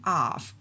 off